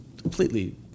Completely